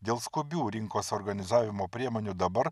dėl skubių rinkos organizavimo priemonių dabar